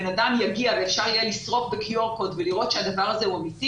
בן אדם יגיע ואפשר יהיה לסרוק ולראות שהדבר הזה הוא אמיתי